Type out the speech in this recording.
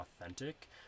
authentic